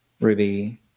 ruby